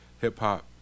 hip-hop